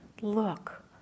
look